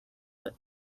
but